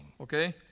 Okay